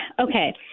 Okay